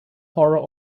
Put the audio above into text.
horror